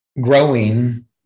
growing